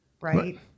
right